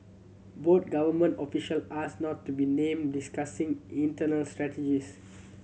both government official asked not to be named discussing internal strategies